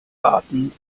warten